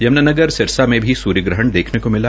यम्नानगर सिरसा में सूर्यग्रहण देखने को मिला